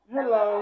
Hello